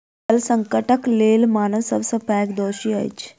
जल संकटक लेल मानव सब सॅ पैघ दोषी अछि